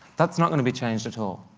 that's not going to be changed at all.